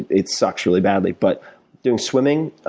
it sucks really badly. but doing swimming,